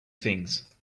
things